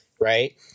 right